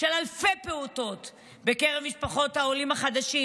של אלפי פעוטות בקרב משפחות העולים החדשים,